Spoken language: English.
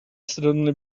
suddenly